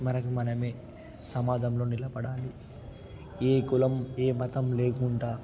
మనకు మనమే సమాజంలో నిలబడాలి ఏ కులం ఏ మతం లేకుంటా